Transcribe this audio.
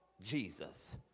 Jesus